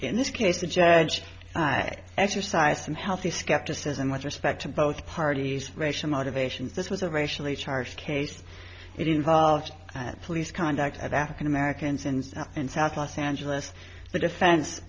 in this case a judge exercise some healthy skepticism with respect to both parties racial motivations this was a racially charged case that involved and police conduct at african americans in south and south los angeles the defense